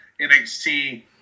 NXT